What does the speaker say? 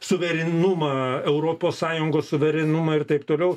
suverenumą europos sąjungos suverenumą ir taip toliau